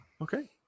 okay